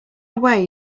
way